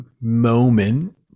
moment